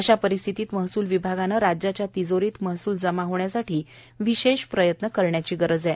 अशा परिस्थितीत महसूल विभागाने राज्याच्या तिजोरीत महसूल जमा होण्यासाठी विशेष प्रयत्न करण्याची गरज आहे